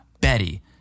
Betty